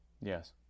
Yes